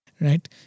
right